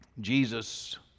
Jesus